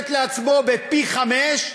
לעצמו, בפי-חמישה,